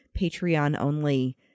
Patreon-only